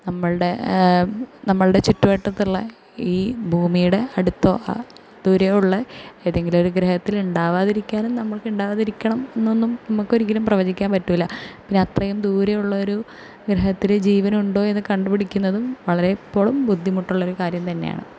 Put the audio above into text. നമ്മളുടെ നമ്മളുടെ ചുറ്റുവട്ടത്തുള്ള ഈ ഭൂമിയുടെ ആടുത്തോ ദൂരയോ ഉള്ള ഏതെങ്കിലും ഒരു ഗ്രഹത്തിൽ ഉണ്ടാവാതിരിക്കാനും നമ്മൾക്ക് ഉണ്ടായിരിക്കണം എന്നൊന്നും നമുക്ക് ഒരിക്കലും പ്രവചിക്കാൻ പറ്റില്ല പിന്നെ അത്രയും ദൂരെ ഉള്ള ഒരു ഗ്രഹത്തിൽ ജീവനുണ്ടോ എന്ന് കണ്ടുപിടിക്കുന്നതും വളരെ ഇപ്പോഴും ബുദ്ധിമുട്ടുള്ള ഒരു കാര്യം തന്നെയാണ്